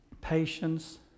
patience